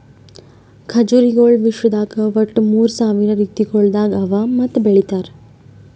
ಖಜುರಿಗೊಳ್ ವಿಶ್ವದಾಗ್ ಒಟ್ಟು ಮೂರ್ ಸಾವಿರ ರೀತಿಗೊಳ್ದಾಗ್ ಅವಾ ಮತ್ತ ಬೆಳಿತಾರ್